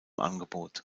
angebot